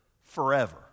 forever